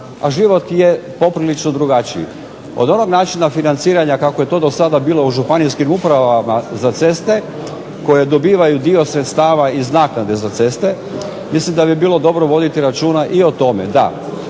A život je poprilično drugačiji. Od onog načina financiranja kako je to dosada bilo u županijskim upravama za ceste koje dobivaju dio sredstava iz naknade za ceste mislim da bi bilo dobro voditi računa i o tome